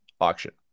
auction